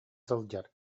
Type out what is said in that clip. сылдьар